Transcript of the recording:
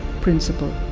principle